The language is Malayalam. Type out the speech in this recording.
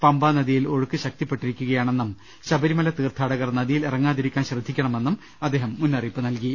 പമ്പാ നദിയിൽ ഒഴുക്ക് ശക്തിപ്പെട്ടിരിക്കുകയാണെന്നും ശബരിമല തീർത്ഥാടകർ നദിയിൽ ഇറങ്ങാതിരിക്കാൻ ശ്രദ്ധിക്കണമെന്നും അദ്ദേഹം മുന്നറിയിപ്പ് നൽകി